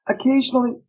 Occasionally